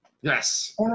Yes